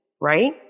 right